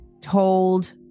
told